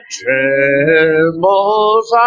trembles